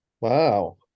Wow